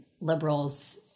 liberals